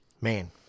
Man